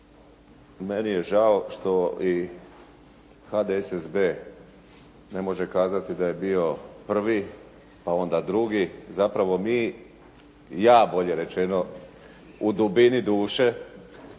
meni je žao što i HDSSB ne može kazati da je bio prvo pa onda drugi, zapravo mi, ja bolje rečeno u dubini duše